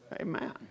Amen